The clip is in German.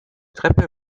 treppe